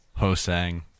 Hosang